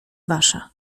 wasza